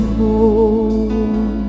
more